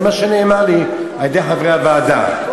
זה מה שנאמר לי על-ידי חברי הוועדה.